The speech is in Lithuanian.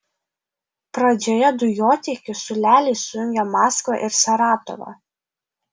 pradžioje dujotiekių siūleliai sujungia maskvą ir saratovą